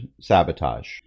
sabotage